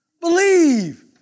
Believe